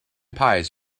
pies